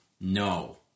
no